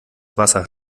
wasser